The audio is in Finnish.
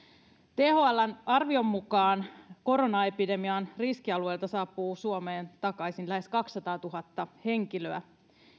thln arvion mukaan koronaepidemian riskialueelta saapuu suomeen takaisin lähes kaksisataatuhatta henkilöä